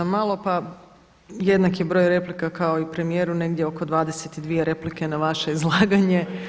Uh zamalo pa jednaki broj replika kao i premijeru negdje oko 22 replike na vaše izlaganje.